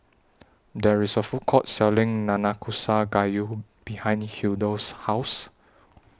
There IS A Food Court Selling Nanakusa Gayu behind Hildur's House